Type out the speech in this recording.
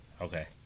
Okay